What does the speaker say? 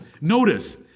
Notice